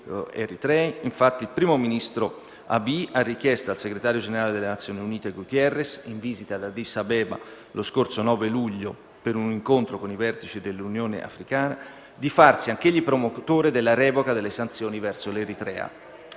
Eritrea, il primo ministro Abiy ha richiesto al segretario generale delle Nazioni Unite Guterres, in visita ad Addis Abeba lo scorso 9 luglio per un incontro con i vertici dell'Unione africana, di farsi anch'egli promotore della revoca delle sanzioni verso l'Eritrea.